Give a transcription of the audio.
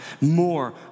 more